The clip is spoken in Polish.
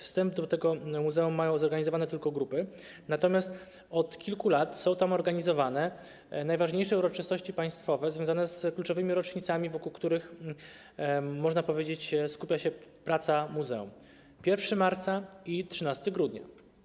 Wstęp do tego muzeum mają tylko zorganizowane grupy, natomiast od kilku lat są tam organizowane najważniejsze uroczystości państwowe związane z kluczowymi rocznicami, wokół których, można powiedzieć, skupia się praca muzeum: 1 marca i 13 grudnia.